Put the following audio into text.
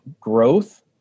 growth